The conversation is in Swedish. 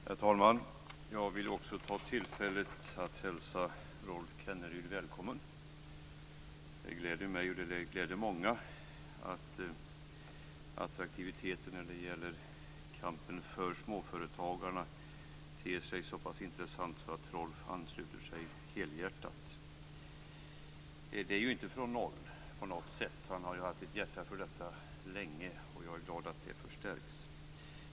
Herr talman! Också jag vill ta tillfället i akt och hälsa Rolf Kenneryd välkommen. Det gläder mig och många andra att attraktiviteten när det gäller kampen för småföretagarna ter sig så pass intressant att Rolf Kenneryd ansluter sig helhjärtat. Han har ju länge haft ett hjärta för detta, och jag är glad att det förstärks.